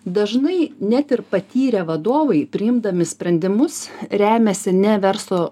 dažnai net ir patyrę vadovai priimdami sprendimus remiasi ne verso